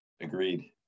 Agreed